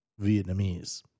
Vietnamese